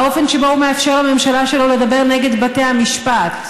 האופן שבו הוא מאפשר לממשלה שלו לדבר נגד בתי המשפט,